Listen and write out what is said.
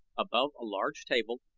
above a large table,